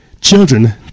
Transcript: children